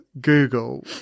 Google